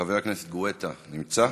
חבר הכנסת גואטה נמצא?